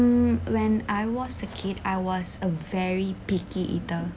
mm when I was a kid I was a very picky eater